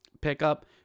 pickup